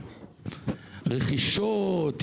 רכישות,